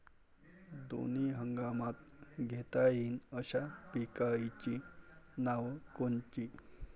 दोनी हंगामात घेता येईन अशा पिकाइची नावं कोनची?